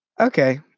Okay